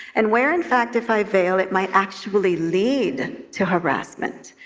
and where, in fact, if i veil it might actually lead to harassment,